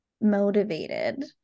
motivated